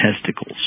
testicles